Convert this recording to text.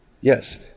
Yes